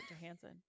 Johansson